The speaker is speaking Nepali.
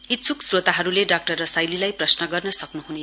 इच्छ्क श्रोताहरुले डा रसाइलीलाई प्रश्न गर्न सक्नुहुनेछ